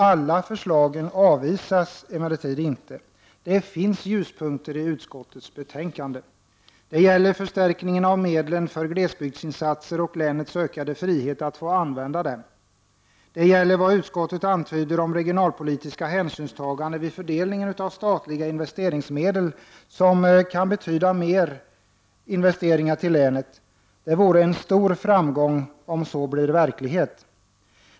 Alla förslag avvisas emellertid inte. Det finns ljuspunkter i utskottets betänkande: — Det gäller förstärkningen av medlen för glesbygdsinsatser och länets ökade frihet att få använda dem. — Det gäller vad utskottet antyder om regionalpolitiska hänsynstagande vid fördelningen av statliga investeringsmedel, vilket kan betyda mer investeringar i länet. Det vore en stor framgång om detta blir verklighet.